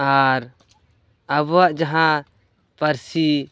ᱟᱨ ᱟᱵᱚᱣᱟᱜ ᱡᱟᱦᱟᱸ ᱯᱟᱹᱨᱥᱤ